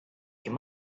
him